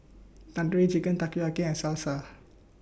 Tandoori Chicken Takoyaki and Salsa